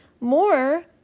more